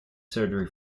surgery